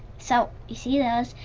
so you see those,